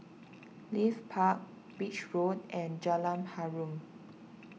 Leith Park Beach Road and Jalan Harum